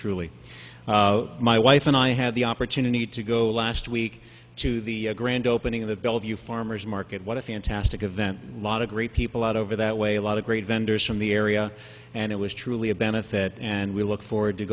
truly my wife and i had the opportunity to go last week to the grand opening of the bellevue farmer's market what a fantastic event lot of great people out over that way a lot of great vendors from the area and it was truly a benefit and we look forward to